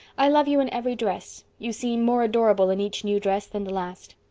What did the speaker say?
i love you in every dress. you seem more adorable in each new dress than the last.